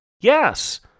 Yes